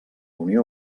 unió